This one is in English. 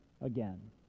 again